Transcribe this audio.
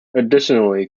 additionally